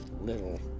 little